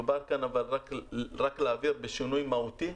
רק להבהיר, מדובר כאן בשינוי מהותי,